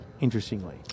interestingly